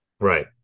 Right